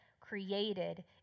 created